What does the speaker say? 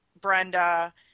Brenda